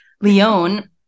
Leon